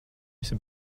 esi